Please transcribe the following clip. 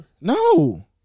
no